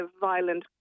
violent